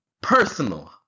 personal